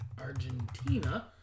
Argentina